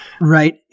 Right